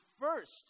first